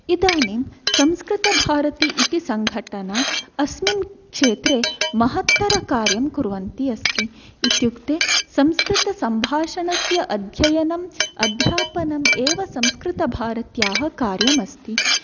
इदानीं संस्कृतभारती इति सङ्घटना अस्मिन् क्षेत्रे महत्तरकार्यं कुर्वन्ती अस्ति इत्युक्ते संस्कृतसम्भाषणस्य अध्ययनम् अध्यापनम् एव संस्कृतभारत्याः कार्यमस्ति